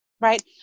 Right